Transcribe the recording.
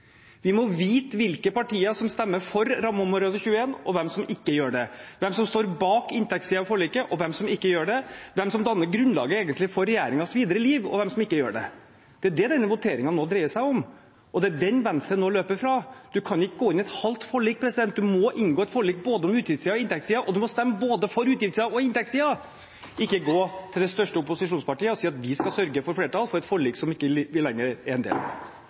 Vi må vite hvilke partier som stemmer for rammeområde 21, og hvem som ikke gjør det, hvem som står bak inntektssiden av forliket, og hvem som ikke gjør det – hvem som egentlig danner grunnlaget for regjeringens videre liv, og hvem som ikke gjør det. Det er det denne voteringen nå dreier seg om, og det er den Venstre nå løper fra. Man kan ikke gå inn i et halvt forlik, man må inngå et forlik om både utgiftssiden og inntektssiden, og man må stemme for både utgiftssiden og inntektssiden – ikke gå til det største opposisjonspartiet og si at vi skal sørge for flertall for et forlik som vi ikke lenger er en del av.